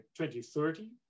2030